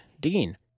Dean